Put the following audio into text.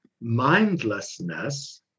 mindlessness